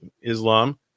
Islam